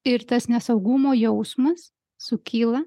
ir tas nesaugumo jausmas sukyla